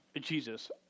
Jesus